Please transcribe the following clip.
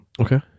okay